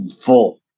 Full